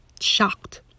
shocked